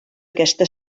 aquesta